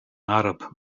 arab